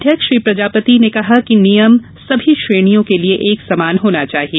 अध्यक्ष श्री प्रजापति ने कहा कि नियम सभी श्रेणियों के लिए एक समान होना चाहिए